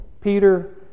Peter